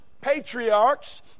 patriarchs